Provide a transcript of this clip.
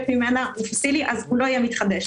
ממנה הוא פוסילי אז הוא לא יהיה מתחדש,